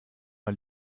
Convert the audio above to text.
mal